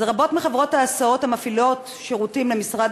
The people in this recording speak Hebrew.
רבות מחברות ההסעות המפעילות שירותים למשרד